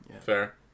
fair